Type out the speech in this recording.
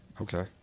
Okay